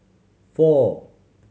four